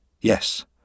Yes